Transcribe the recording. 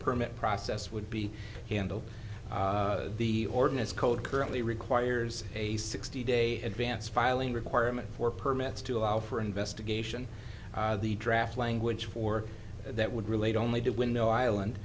permit process would be handled the ordinance code currently requires a sixty day advance filing requirement for permits to allow for investigation the draft language for that would relate only did window island